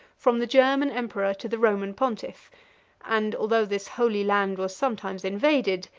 from the german emperor to the roman pontiff and although this holy land was sometimes invaded,